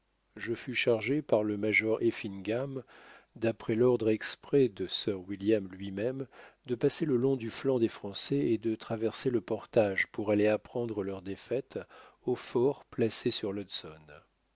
je fus chargé par le major effingham d'après l'ordre exprès de sir william lui-même de passer le long du flanc des français et de traverser le portage pour aller apprendre leur défaite au fort placé sur le